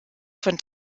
von